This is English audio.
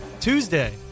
Tuesday